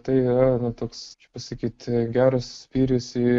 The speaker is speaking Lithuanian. tai yra na toks pasakyti geras spyris į